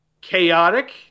chaotic